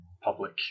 public